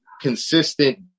consistent